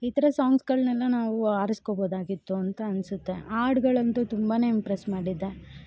ಈ ಥರ ಸಾಂಗ್ಸ್ಗಳನ್ನೆಲ್ಲಾ ನಾವು ಆರಿಸ್ಕೋಬೋದಾಗಿತ್ತು ಅಂತ ಅನಿಸುತ್ತೆ ಹಾಡ್ಗಳಂತೂ ತುಂಬಾ ಇಂಪ್ರೆಸ್ ಮಾಡಿದೆ